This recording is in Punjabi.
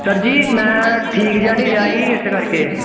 ਸਰ ਜੀ ਮੈਂ ਠੀਕ ਜਿਹਾ ਨਹੀਂ ਰਿਹਾ ਸੀ ਇਸ ਕਰਕੇ